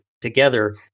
together